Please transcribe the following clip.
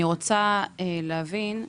אני רוצה להבין היכן